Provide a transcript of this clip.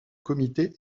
comité